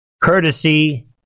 courtesy